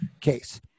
case